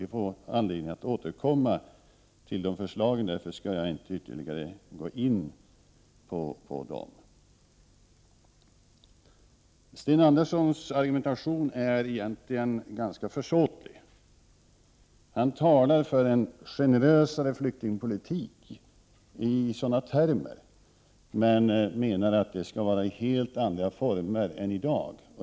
Vi får därför anledning att återkomma till dessa förslag, och jag skall därför inte ytterligare gå in på dem. Sten Anderssons argumentation är egentligen ganska försåtlig. Han talar för en generösare flyktingpolitik, men han menar att den skall bedrivas i helt andra former än i dag.